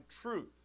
truth